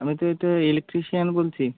আমি তো এই তো ইলেকট্রিশিয়ান বলছি